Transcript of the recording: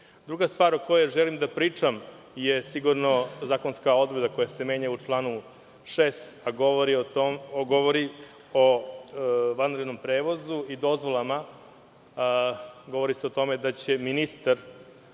stvar o kojoj želim da pričam je sigurno zakonska odredba koja se menja u članu 6, a govori o vanrednom prevozu i dozvolama. Govori se o tome da će ministar